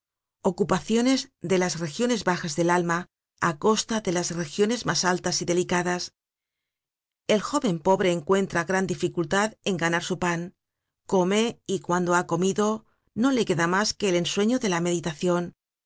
ocupaciones de las regiones bajas del alma á costa de las regiones mas altas y delicadas el jóven pobre encuentra gran dificultad en ganar su pan come y cuando ha comido no le queda mas que el ensueño de la meditacion